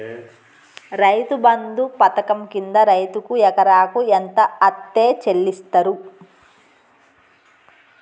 రైతు బంధు పథకం కింద రైతుకు ఎకరాకు ఎంత అత్తే చెల్లిస్తరు?